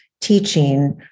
teaching